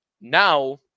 Now